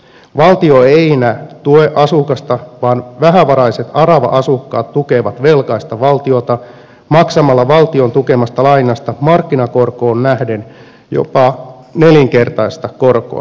valtio ei enää tue asukasta vaan vähävaraiset arava asukkaat tukevat velkaista valtiota maksamalla valtion tukemasta lainasta markkinakorkoon nähden jopa nelinkertaista korkoa